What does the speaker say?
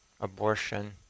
abortion